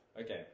Okay